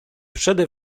przede